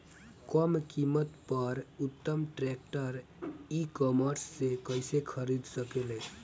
कम कीमत पर उत्तम ट्रैक्टर ई कॉमर्स से कइसे खरीद सकिले?